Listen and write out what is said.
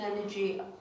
Energy